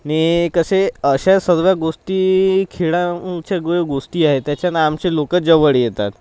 आणि कसे अशा सर्व गोष्टी खेळांच्या गोष्टी आहे त्याच्यानं आमचे लोकं जवळ येतात